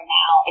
now